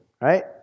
right